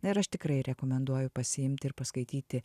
na ir aš tikrai rekomenduoju pasiimti ir paskaityti